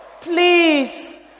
Please